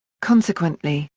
consequently,